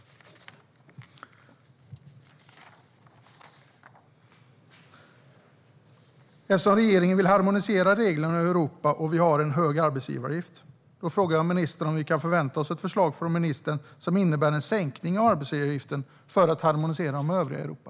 Eftersom regeringen vill harmonisera reglerna över Europa och eftersom Sverige har en hög arbetsgivaravgift frågar jag ministern om vi kan förvänta oss ett förslag som innebär en sänkning av arbetsgivaravgiften för att harmonisera med övriga Europa.